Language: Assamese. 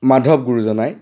মাধৱ গুৰুজনাই